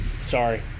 Sorry